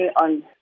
on